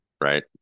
right